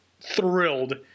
thrilled